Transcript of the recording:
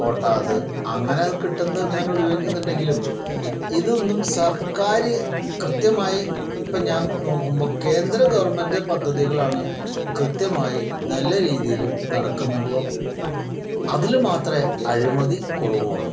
കോട്ട അത് അങ്ങനെ അത് കിട്ടുന്നത് ഇങ്ങനെ ഉപയോഗിക്കുന്നുണ്ടെങ്കിലും ഇതൊന്നും സർക്കാർ കൃത്യമായി ഇപ്പോൾ ഞാൻ നോക്കുമ്പോൾ കേന്ദ്രഗവൺമെൻറ് പദ്ധതികളാണ് കൃത്യമായി നല്ല രീതിയിൽ നടക്കുന്നുള്ളൂ അതില് മാത്രമേ അഴിമതി കുറവുള്ളൂ